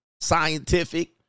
scientific